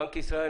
בנק ישראל?